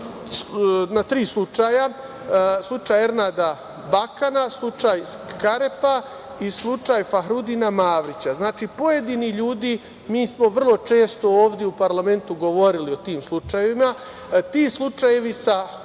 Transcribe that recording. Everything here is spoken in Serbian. na tri slučaja. Slučaj Ernada Bakana, slučaj Skarepa i slučaj Fahrudina Mavrića. Pojedini ljudi, mi smo vrlo često ovde u parlamentu govorili o tim slučajevima, ti slučajevi sa